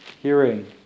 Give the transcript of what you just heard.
hearing